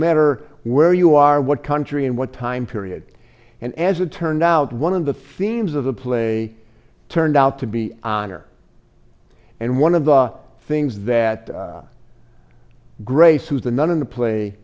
matter where you are what country and what time period and as it turned out one of the themes of the play turned out to be honor and one of the things that grace who's the nun in the play